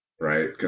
right